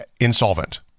insolvent